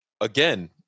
Again